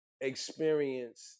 experience